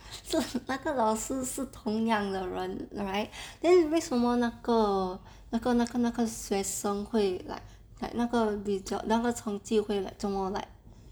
so 那个老师是同样的人 right then 为什么那个那个那个那个学生会 like like 那个 result 那个成绩会 like 这么 like